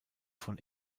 von